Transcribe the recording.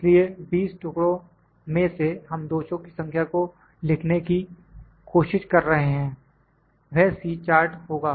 इसलिए 20 टुकड़ों में से हम दोषों की संख्या को लिखने की कोशिश कर रहे हैं वह C चार्ट होगा